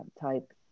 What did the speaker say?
type